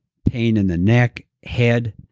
pain in the neck, head.